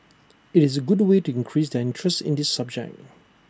IT is A good way to increase their interest in this subject